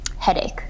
headache